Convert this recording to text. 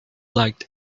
like